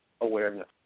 awareness